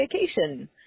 vacation